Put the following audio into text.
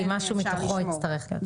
כן, כי משהו מתוכו יצטרך כן.